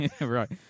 Right